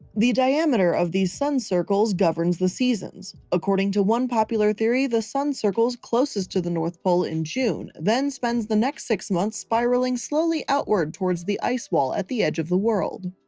the diameter of these sun circles governs the seasons. according to one popular theory, the sun circles closest to the north pole in june, then spends the next six months spiraling slowly outward towards the ice wall at the edge of the world.